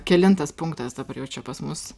kelintas punktas dabar jau čia pas mus